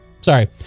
Sorry